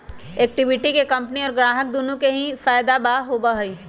equity के company और ग्राहक दुन्नो के ही फायद दा होबा हई